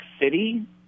City